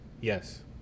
Yes